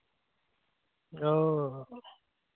ᱚᱸᱻ